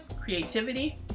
creativity